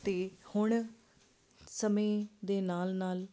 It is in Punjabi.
ਅਤੇ ਹੁਣ ਸਮੇਂ ਦੇ ਨਾਲ ਨਾਲ